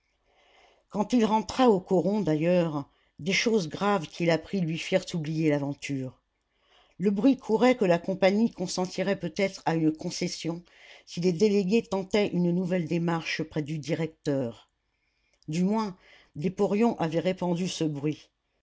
quand il rentra au coron d'ailleurs des choses graves qu'il apprit lui firent oublier l'aventure le bruit courait que la compagnie consentirait peut-être à une concession si les délégués tentaient une nouvelle démarche près du directeur du moins des porions avaient répandu ce bruit